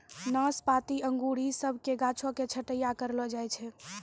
नाशपाती अंगूर इ सभ के गाछो के छट्टैय्या करलो जाय छै